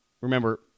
Remember